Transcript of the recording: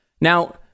Now